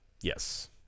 Yes